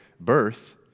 birth